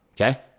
Okay